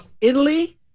Italy